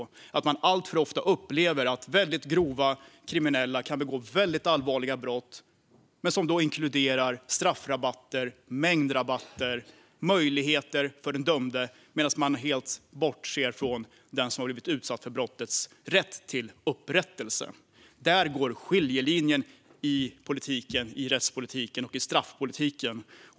Människor upplever alltför ofta att väldigt grovt kriminella kan begå mycket allvarliga brott men att straffrabatter, mängdrabatter och möjligheter inkluderas för den dömde medan man bortser från rätt till upprättelse för den som har blivit utsatt för brottet. Där går skiljelinjen i rättspolitiken och i straffpolitiken.